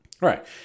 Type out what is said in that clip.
Right